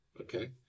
okay